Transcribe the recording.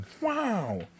Wow